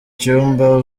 cyumba